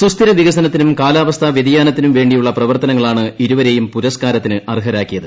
സുസ്ഥിര വികസനത്തിനും കാലാവസ്ഥാ വൃതിയാനത്തിനും വേണ്ടിയുള്ള പ്രവർത്തനങ്ങളാണ് ഇരുവരെയും പുരസ്ക്കാരത്തിന് അർഹരാക്കി യത്